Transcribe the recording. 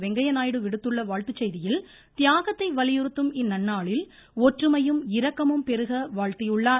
வெங்கையா நாயுடு விடுத்துள்ள வாழ்த்து செய்தியில் தியாகத்தை வலியுறுத்தும் இந்நன்னாளில் ஒற்றுமையும் இரக்கமும் பெருக வாழ்த்தியுள்ளார்